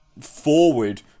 forward